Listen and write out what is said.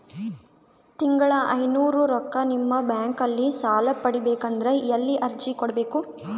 ತಿಂಗಳ ಐನೂರು ರೊಕ್ಕ ನಿಮ್ಮ ಬ್ಯಾಂಕ್ ಅಲ್ಲಿ ಸಾಲ ಪಡಿಬೇಕಂದರ ಎಲ್ಲ ಅರ್ಜಿ ಕೊಡಬೇಕು?